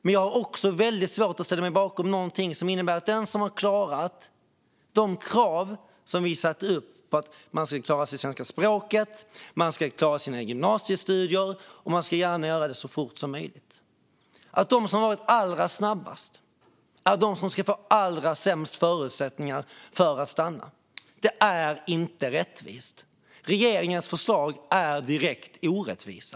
Men jag har också väldigt svårt att ställa mig bakom någonting som innebär att de som har klarat de krav som vi satte upp - man skulle klara sig i svenska språket och klara sina gymnasiestudier, gärna så fort som möjligt - och har varit allra snabbast är de som ska få allra sämst förutsättningar för att stanna. Det är inte rättvist. Regeringens förslag är direkt orättvisa.